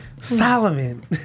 Solomon